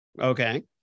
Okay